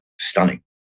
Stunning